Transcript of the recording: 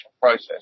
process